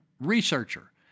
researcher